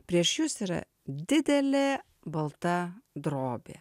prieš jus yra didelė balta drobė